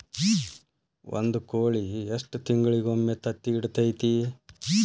ಒಂದ್ ಕೋಳಿ ಎಷ್ಟ ತಿಂಗಳಿಗೊಮ್ಮೆ ತತ್ತಿ ಇಡತೈತಿ?